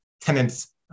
tenants